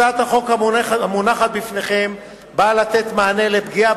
הצעת החוק המונחת לפניכם נועדה לפתור את בעיית הפגיעה